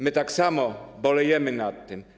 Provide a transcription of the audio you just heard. My tak samo bolejemy nad tym.